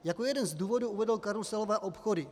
Jako jeden z důvodů uvedl karuselové obchody.